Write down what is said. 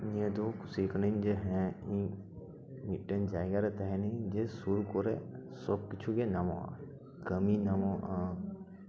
ᱱᱤᱭᱟᱹ ᱫᱚ ᱠᱩᱥᱤᱭ ᱠᱟᱱᱟᱧ ᱡᱮ ᱦᱮᱸ ᱢᱤᱫᱴᱮᱱ ᱡᱟᱭᱜᱟ ᱨᱮ ᱛᱟᱦᱮᱱᱟᱹᱧ ᱡᱮ ᱥᱩᱨ ᱠᱚᱨᱮ ᱥᱳᱵᱠᱤᱪᱷᱩᱜᱮ ᱧᱟᱢᱚᱜᱼᱟ ᱠᱟᱹᱢᱤ ᱧᱟᱢᱚᱜᱼᱟ